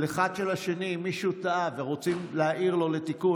אם מישהו טעה ורוצים להעיר לו לתיקון